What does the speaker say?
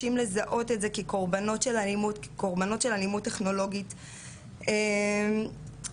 הדבר היותר קשה זה באמת כשהן מתחילות להבין שאף פעם הן לא היו לבד.